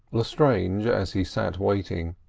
lestrange, as he sat waiting,